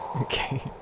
Okay